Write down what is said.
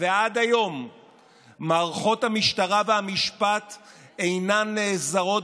ועד היום מערכות המשטרה והמשפט אינן נעזרות